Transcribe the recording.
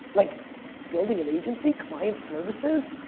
like building an agency, client services?